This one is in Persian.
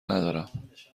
ندارم